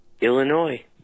Illinois